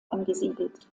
angesiedelt